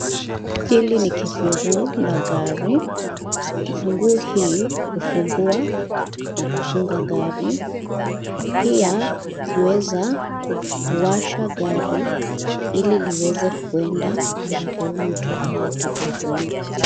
Hili ni kifunguo la gari, kifunguo hii hufungua na kufunga gari. Pia huweza kuwasha gari, ili liweze kuenda, ambapo mtu anataka kwenda.